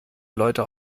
leute